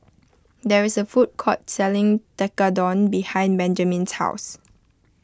there is a food court selling Tekkadon behind Benjamin's house